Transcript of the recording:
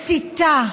מסיתה,